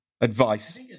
advice